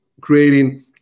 creating